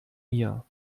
mir